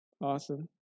awesome